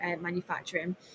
manufacturing